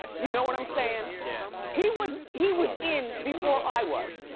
you know what i'm saying? yeah he was he was in before i was.